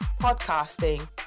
podcasting